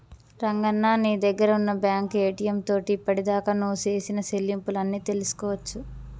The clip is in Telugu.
రంగన్న నీ దగ్గర ఉన్న బ్యాంకు ఏటీఎం తోటి ఇప్పటిదాకా నువ్వు సేసిన సెల్లింపులు అన్ని తెలుసుకోవచ్చు